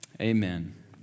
Amen